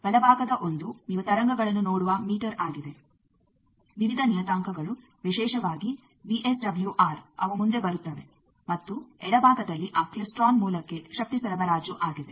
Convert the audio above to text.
ಬಲಭಾಗದ 1 ನೀವು ತರಂಗಗಳನ್ನು ನೋಡುವ ಮೀಟರ್ ಆಗಿದೆ ವಿವಿಧ ನಿಯತಾಂಕಗಳು ವಿಶೇಷವಾಗಿ ವಿಎಸ್ ಡಬ್ಲ್ಯೂ ಆರ್ ಅವು ಮುಂದೆ ಬರುತ್ತವೆ ಮತ್ತು ಎಡಭಾಗದಲ್ಲಿ ಆ ಕ್ಲಿಸ್ಟ್ರೋನ್ ಮೂಲಕ್ಕೆ ಶಕ್ತಿ ಸರಬರಾಜು ಆಗಿದೆ